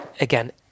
again